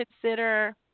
consider